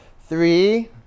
Three